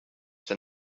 than